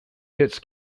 hits